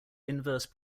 inverse